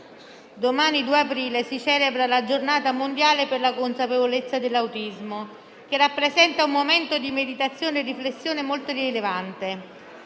domani, 2 aprile, si celebra la Giornata mondiale della consapevolezza dell'autismo, che rappresenta un momento di meditazione e riflessione molto rilevante.